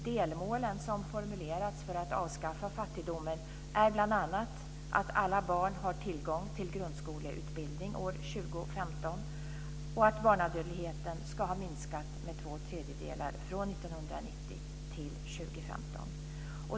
Delmålen som formulerats för att avskaffa fattigdomen är bl.a. att alla barn ska ha tillgång till grundskoleutbildning år 2015 och att barnadödligheten ska ha minskat med två tredjedelar från 1990 till 2015.